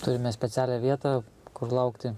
turime specialią vietą kur laukti